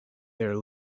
there